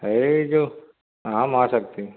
ହେଇ ଯେଉଁ ହଁ ମାହାଶକ୍ତି